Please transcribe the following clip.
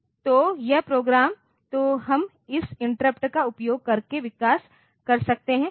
तो यह प्रोग्राम तो हम इस इंटरप्ट का उपयोग करके विकास कर सकते हैं